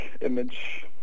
image